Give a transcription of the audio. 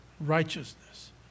righteousness